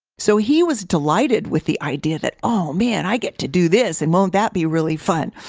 so, he was delighted with the idea that oh man, i get to do this, and, won't that be really fun?